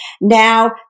Now